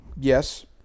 Yes